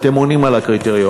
אתם עונים על הקריטריונים.